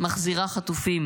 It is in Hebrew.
מחזירה חטופים.